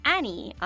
Annie